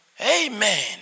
Amen